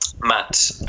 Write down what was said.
Matt